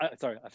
sorry